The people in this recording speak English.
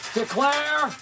declare